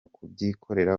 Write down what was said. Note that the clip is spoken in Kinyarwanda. kubyikorera